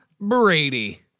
Brady